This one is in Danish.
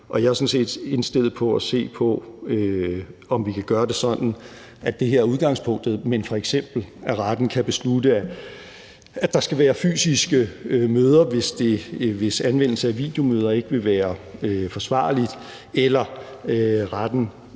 jeg er sådan set indstillet på at se på, om vi kan gøre det sådan, at det her er udgangspunktet, men f.eks. at retten kan beslutte, at der skal være fysiske møder, hvis anvendelse af videomøder ikke vil være forsvarligt, eller hvis retten